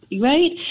Right